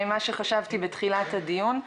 ממה שחשבתי בתחילת הדיון.